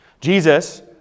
Jesus